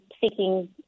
seeking